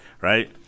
right